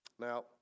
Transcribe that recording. Now